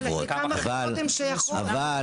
אבל לכמה חברות הם שייכים.